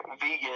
vegan